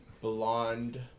blonde